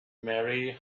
mary